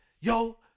yo